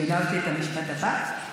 גנבת לי את המשפט הבא.